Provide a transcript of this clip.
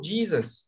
Jesus